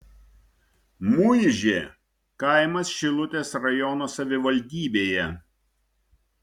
muižė kaimas šilutės rajono savivaldybėje